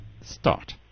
start